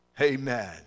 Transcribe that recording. Amen